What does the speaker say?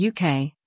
UK